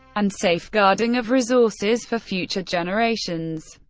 and safeguarding of resources for future generations.